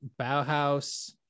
Bauhaus